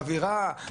האווירה,